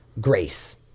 grace